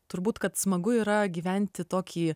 turbūt kad smagu yra gyventi tokį